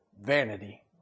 vanity